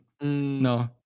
No